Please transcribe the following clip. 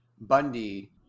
Bundy